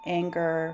anger